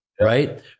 right